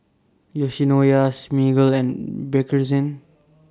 Yoshinoya Smiggle and Bakerzin